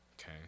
okay